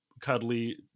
cuddly